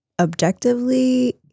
objectively